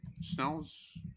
Snell's